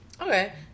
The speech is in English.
Okay